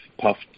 puffed